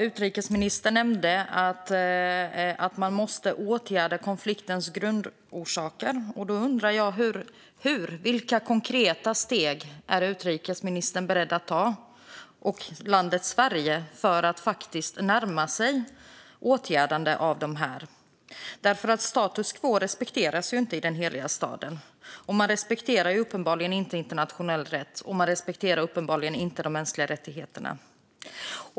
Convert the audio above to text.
Utrikesministern nämnde att man måste åtgärda konfliktens grundorsaker. Då undrar jag hur. Vilka konkreta steg är utrikesministern och landet Sverige beredda att ta för att faktiskt närma sig ett åtgärdande av dessa? Man respekterar ju inte status quo i den heliga staden. Man respekterar uppenbarligen inte internationell rätt, och man respekterar uppenbarligen inte de mänskliga rättigheterna.